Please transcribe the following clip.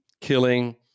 killing